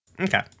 Okay